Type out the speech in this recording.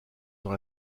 dans